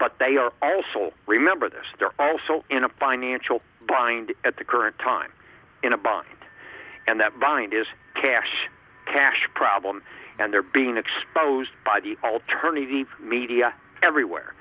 but they are all still remember this they're also in a financial bind at the current time in a budget and that bind is cash cash problem and they're being exposed by the alternative media everywhere